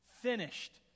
finished